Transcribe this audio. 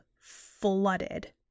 flooded